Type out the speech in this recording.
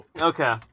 Okay